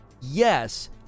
yes